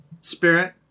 spirit